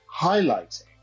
highlighting